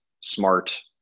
smart